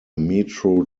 metro